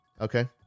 okay